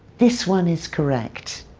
this one is correct.